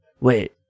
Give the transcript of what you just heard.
Wait